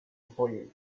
upojeń